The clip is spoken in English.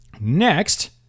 Next